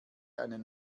einen